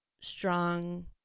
strong